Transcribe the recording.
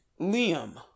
liam